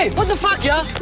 ah what the f ah ya?